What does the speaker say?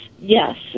yes